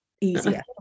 easier